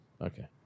Okay